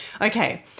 okay